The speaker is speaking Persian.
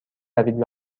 روید